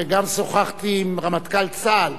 וגם שוחחתי עם רמטכ"ל צה"ל,